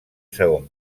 segon